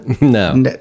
No